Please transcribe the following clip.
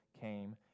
came